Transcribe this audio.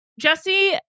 Jesse